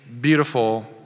beautiful